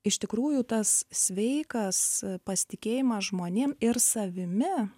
iš tikrųjų tas sveikas pasitikėjimas žmonėm ir savimi